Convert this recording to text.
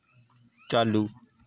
चालू